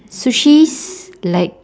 sushis like